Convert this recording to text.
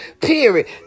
Period